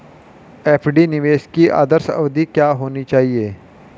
FD निवेश की आदर्श अवधि क्या होनी चाहिए?